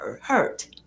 hurt